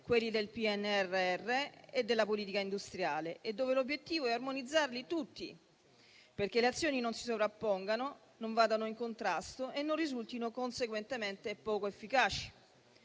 quelli del PNRR e della politica industriale, e dove l'obiettivo è armonizzarli tutti perché le azioni non si sovrappongano, non vadano in contrasto e non risultino conseguentemente poco efficaci.